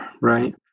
right